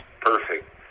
perfect